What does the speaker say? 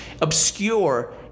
obscure